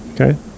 okay